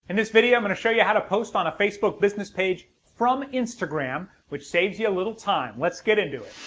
in this video i'm going to show you how to post on a facebook business page from instagram which saves you a little time. let's get into it